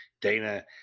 Dana